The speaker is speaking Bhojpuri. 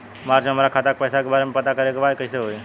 मार्च में हमरा खाता के पैसा के बारे में पता करे के बा कइसे होई?